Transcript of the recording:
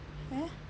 eh